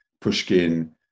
Pushkin